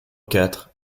quatre